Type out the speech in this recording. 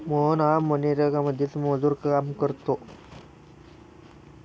मोहन हा मनरेगामध्ये मजूर म्हणून काम करतो